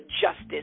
justice